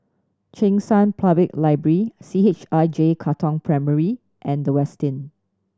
Cheng San Public Library C H I J Katong Primary and The Westin